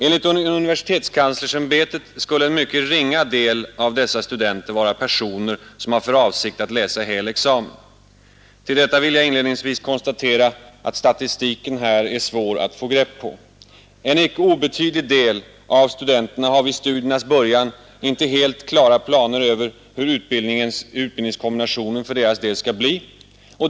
Enligt UKÄ skulle en mycket ringa del av dessa studenter vara personer som har för avsikt att läsa hel examen. Till detta vill jag inledningsvis konstatera att statistiken här är svår att få grepp på. En icke obetydlig del av studenterna har vid studiernas början icke helt klara planer över hur utbildningskombinationen för deras del skall bli.